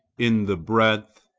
in the breadth,